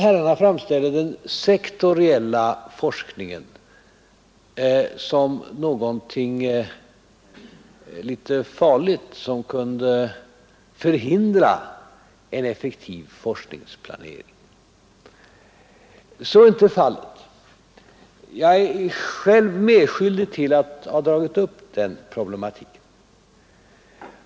Herrarna framställer den sektoriella forskningen som någonting farligt som kunde förhindra en effektiv forskningsplanering. Det är den inte. Jag är själv medskyldig till att ha dragit upp den problematiken.